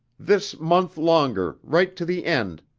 this month longer, right to the end.